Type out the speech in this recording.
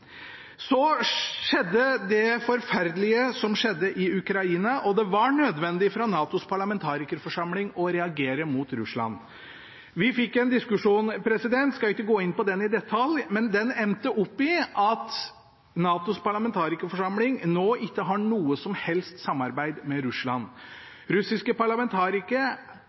Så skjedde det forferdelige som skjedde i Ukraina, og det var nødvendig for NATOs parlamentarikerforsamling å reagere mot Russland. Vi fikk en diskusjon, jeg skal ikke gå inn på den i detalj, som endte med at NATOs parlamentarikerforsamling nå ikke har noe som helst samarbeid med Russland. Russiske parlamentarikere